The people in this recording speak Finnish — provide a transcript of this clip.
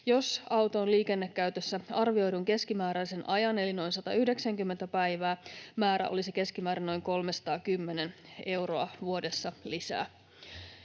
Jos auto on liikennekäytössä arvioidun keskimääräisen ajan eli noin 190 päivää, määrä olisi keskimäärin noin 310 euroa vuodessa lisää.